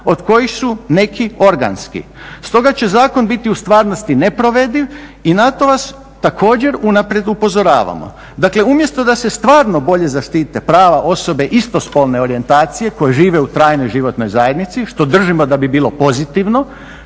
od kojih su neki organski. Stoga će zakon biti u stvarnosti neprovediv i na to vas također unaprijed upozoravamo. Dakle, umjesto da se stvarno bolje zaštite prava osobe istospolne orijentacije koji žive u trajnoj životnoj zajednici što držimo da bi bilo pozitivno